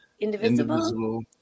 indivisible